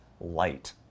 light